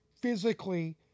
physically